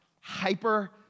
hyper